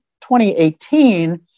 2018